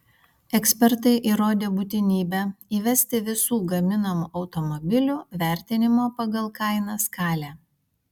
ekspertai įrodė būtinybę įvesti visų gaminamų automobilių vertinimo pagal kainą skalę